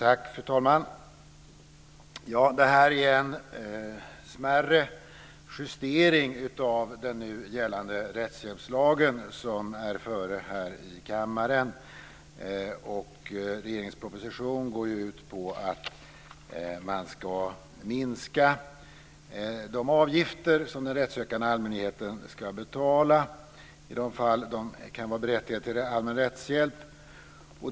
Fru talman! Det är en smärre justering av den nu gällande rättshjälpslagen som föreligger här i kammaren. Regeringens proposition går ut på att man ska minska de avgifter som den rättssökande allmänheten ska betala i de fall de kan vara berättigade till allmän rättshjälp.